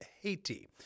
Haiti